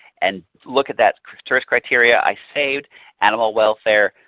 and look at that search criteria i saved animal welfare,